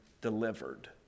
delivered